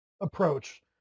approach